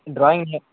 drawing